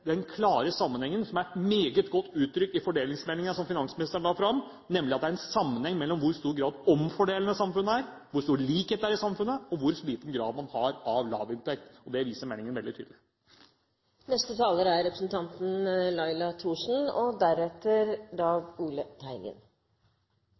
den klare sammenhengen, som er meget godt uttrykt i fordelingsmeldingen som finansministeren la fram, nemlig at det er en sammenheng mellom i hvor stor grad omfordelende samfunnet er, hvor stor likhet det er i samfunnet, og i hvor liten grad man har lavinntekt. Det viser meldingen veldig tydelig. Fordelingsmeldingen er en fin oversikt over regjeringens fordelingspolitikk og